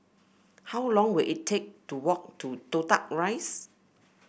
how long will it take to walk to Toh Tuck Rise